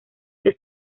que